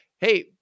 hey